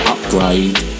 Upgrade